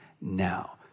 now